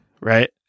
Right